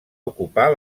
ocupar